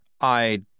I